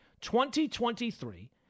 2023